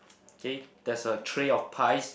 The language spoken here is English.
K there's a tray of pies